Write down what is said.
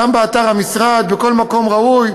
גם באתר המשרד ובכל מקום ראוי.